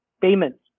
payments